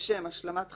לשם השלמת חקירה,